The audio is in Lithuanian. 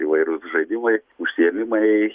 įvairūs žaidimai užsiėmimai